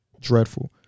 dreadful